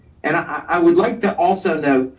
and i would like to also note,